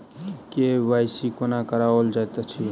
KYC कोना कराओल जाइत अछि?